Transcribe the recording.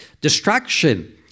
distraction